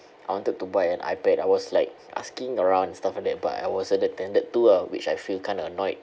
I wanted to buy an ipad I was like asking around and stuff like that but I wasn't attended to ah which I feel kind of annoyed